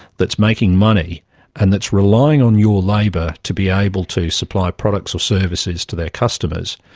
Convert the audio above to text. that's making money and that's relying on your labour to be able to supply products or services to their customers,